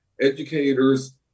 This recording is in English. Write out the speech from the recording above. educators